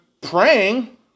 praying